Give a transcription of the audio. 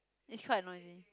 it's quite noisy